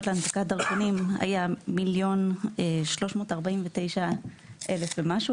להנפקת דרכונים היה מיליון ו-349 אלף ומשהו.